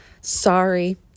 Sorry